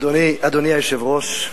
אדוני היושב-ראש,